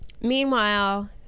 Meanwhile